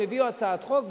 והם הביאו הצעת חוק,